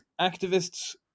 activists